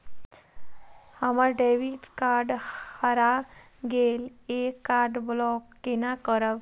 हमर debit card हरा गेल ये कार्ड ब्लॉक केना करब?